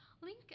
link